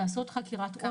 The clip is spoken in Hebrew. לעשות חקירה,